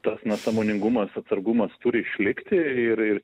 tas na sąmoningumas atsargumas turi išlikti